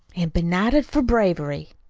an' benighted for bravery.